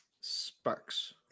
Sparks